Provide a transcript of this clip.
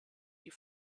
die